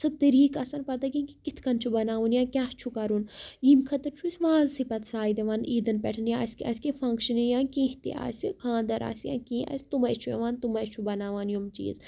سُہ طٔریٖقہٕ آسان پَتہ کینٛہہ کہِ کِتھ کٔنۍ چھُ بَناوُن یا کیٛاہ چھُ کَرُن ییٚمہِ خٲطرٕ چھُ أسۍ وازٕسٕے پَتہٕ ساے دِوان عیٖدَن پٮ۪ٹھ یا اَسہِ کیںٛہہ آسہِ کینٛہہ فِنٛگشَن یا کینٛہہ تہِ آسہِ خاندَر آسہِ یا کینٛہہ آسہِ تٕمَے چھُ یِوان تِمَے چھُ بَناوان یِم چیٖز